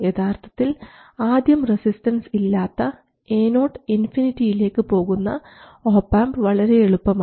യഥാർത്ഥത്തിൽ ആദ്യം റസിസ്റ്റൻസ് ഇല്ലാത്ത Ao ഇൻഫിനിറ്റിയിലേക്ക് പോകുന്ന ഒപാംപ് വളരെ എളുപ്പമാണ്